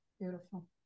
Beautiful